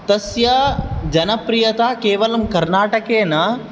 तस्य जनप्रियताकेवलं कर्णाटके न